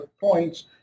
points